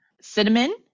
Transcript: cinnamon